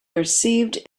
perceived